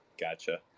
Gotcha